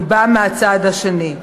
היא באה מהצד השני.